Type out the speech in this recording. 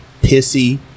pissy